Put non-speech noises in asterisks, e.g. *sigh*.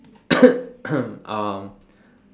*coughs* um